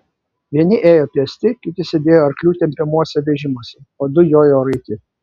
vieni ėjo pėsti kiti sėdėjo arklių tempiamuose vežimuose o du jojo raiti